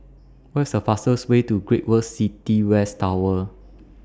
What IS The fastest Way to Great World City West Tower